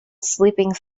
sleeping